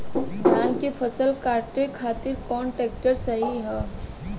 धान के फसल काटे खातिर कौन ट्रैक्टर सही ह?